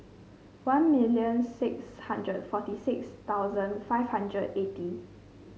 one million six hundred forty six thousand five hundred eighty